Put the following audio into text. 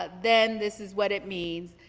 ah then this is what it means.